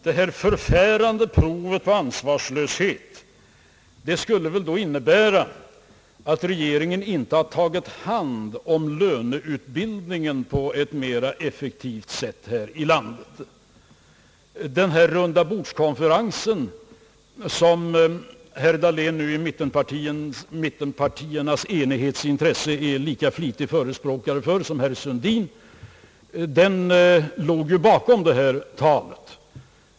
Detta »förfärande prov på ansvarslöshet» skulle väl innebära att regeringen inte har tagit hand om löneutvecklingen på ett mera effektivt sätt här i landet. Denna rundabordskonferens, som herr Dahlén nu i mittenpartiernas enighets intresse är lika flitig förespråkare för som herr Sundin, ligger tydligen bakom detta tal.